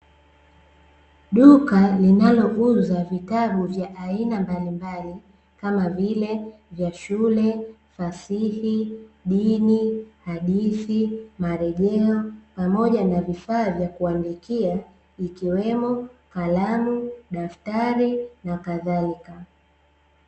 Duka linaliuza vitabu vya aina mbalimbali kama vile: vya shule, fasihi, dini, hadithi, marejeo; pamoja na vifaa vya kuandikia vikiwemo: kalamu, daftari na kadhalika.